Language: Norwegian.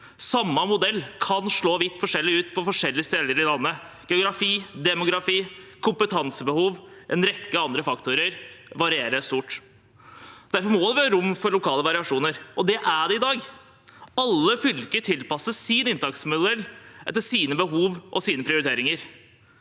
Samme modell kan slå vidt forskjellig ut på forskjellige steder i landet. Geografi, demografi, kompetansebehov og en rekke andre faktorer varierer stort. Derfor må det være rom for lokale variasjoner, og det er det i dag. Alle fylker tilpasser sin inntaksmodell etter sine behov og sine prioriteringer.